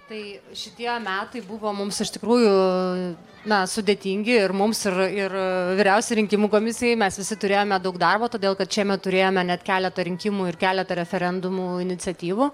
tai šitie metai buvo mums iš tikrųjų na sudėtingi ir mums ir ir vyriausiajai rinkimų komisijai mes visi turėjome daug darbo todėl kad šiemet turėjome net keletą rinkimų ir keletą referendumų iniciatyvų